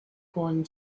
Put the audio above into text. going